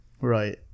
right